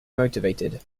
motivated